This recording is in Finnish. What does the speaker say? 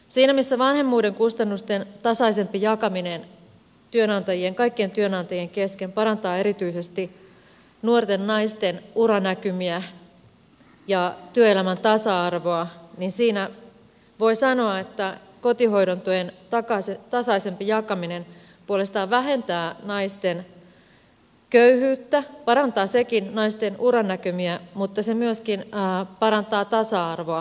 siinä missä vanhemmuuden kustannusten tasaisempi jakaminen kaikkien työnantajien kesken parantaa erityisesti nuorten naisten uranäkymiä ja työelämän tasa arvoa voi sanoa että kotihoidon tuen tasaisempi jakaminen puolestaan vähentää naisten köyhyyttä parantaa sekin naisten uranäkymiä mutta se myöskin parantaa tasa arvoa perheessä